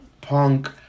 Punk